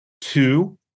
two